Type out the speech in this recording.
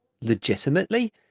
legitimately